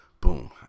boom